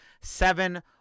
seven